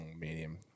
medium